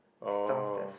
oh